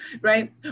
right